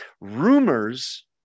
rumors